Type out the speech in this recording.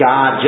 God